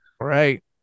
Right